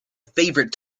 favorite